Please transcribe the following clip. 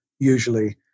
Usually